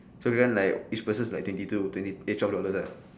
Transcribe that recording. so we went like each person is like twenty two twenty eh twelve dollars lah